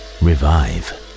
revive